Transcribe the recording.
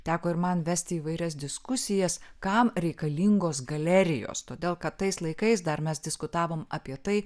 teko ir man vesti įvairias diskusijas kam reikalingos galerijos todėl kad tais laikais dar mes diskutavom apie tai